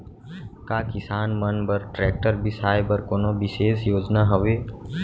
का किसान मन बर ट्रैक्टर बिसाय बर कोनो बिशेष योजना हवे?